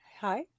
Hi